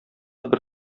бер